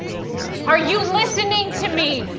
wait a second. are you listening to me?